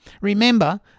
Remember